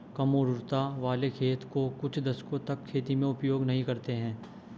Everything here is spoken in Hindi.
कम उर्वरता वाले खेत का कुछ दशकों तक खेती में उपयोग नहीं करते हैं